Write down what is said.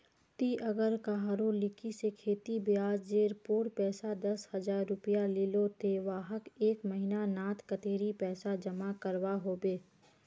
ती अगर कहारो लिकी से खेती ब्याज जेर पोर पैसा दस हजार रुपया लिलो ते वाहक एक महीना नात कतेरी पैसा जमा करवा होबे बे?